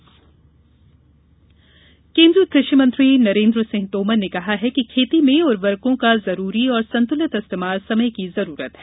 भूमि उर्वरा शक्ति केन्द्रीय कृषि मंत्री नरेन्द्र सिंह तोमर ने कहा है कि खेती में उर्वरकों का जरूरी और संतुलित इस्तेमाल समय की आवश्यकता है